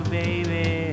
baby